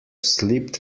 slipped